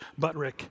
Butrick